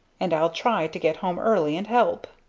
and i'll try to get home early and help.